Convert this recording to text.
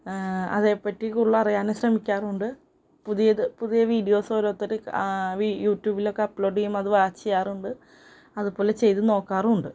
അതേപ്പറ്റി കൂടുതലറിയാനും ശ്രമിക്കാറുണ്ട് പുതിയത് പുതിയ വീഡിയോസ് ഓരോരുത്തര് യുട്യൂബിലൊക്കെ അപ്പ് ലോഡ് ചെയ്യുമ്പോള് അത് വാച്ച് ചെയ്യാറുണ്ട് അതുപോലെ ചെയ്തുനോക്കാറുമുണ്ട്